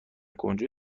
کنجد